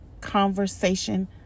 conversation